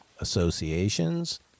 associations